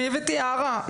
אני הבאתי הערה,